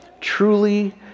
truly